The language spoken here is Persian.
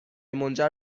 منجر